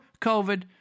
COVID